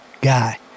guy